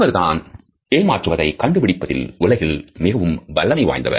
அவர்தான் ஏமாற்றுவதை கண்டுபிடிப்பதில் உலகில் மிகவும் வல்லமை வாய்ந்தவர்